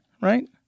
right